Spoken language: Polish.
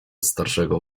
starszego